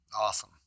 Awesome